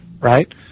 right